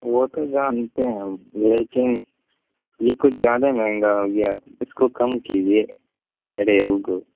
وہ تو جانتے ہیں ہم لیکن یہ کچھ جیادہ مہنگا ہو گیا اس کو کم کیجیے ریہو کو